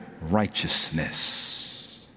righteousness